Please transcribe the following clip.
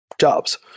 jobs